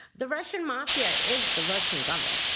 the russian mafia is the russian government.